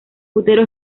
útero